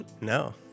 No